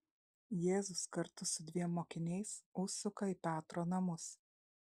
jėzus kartu su dviem mokiniais užsuka į petro namus